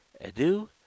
adieu